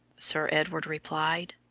sir edward replied.